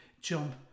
jump